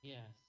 Yes